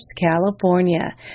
California